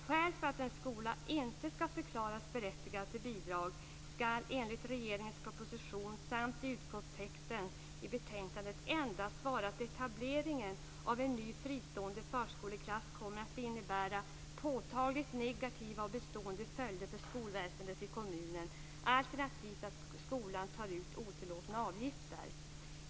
Skäl för att en skola inte skall förklaras berättigad till bidrag skall enligt regeringens proposition samt utskottstexten i betänkandet endast vara att etableringen av en ny, fristående förskoleklass kommer att innebära påtagligt negativa och bestående följder för skolväsendet i kommunen alternativt att skolan tar ut otillåtna avgifter.